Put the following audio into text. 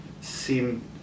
seem